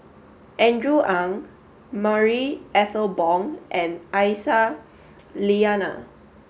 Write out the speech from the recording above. Andrew Ang Marie Ethel Bong and Aisyah Lyana